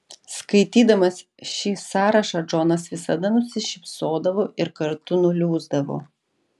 skaitydamas šį sąrašą džonas visada nusišypsodavo ir kartu nuliūsdavo